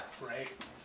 right